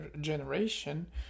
generation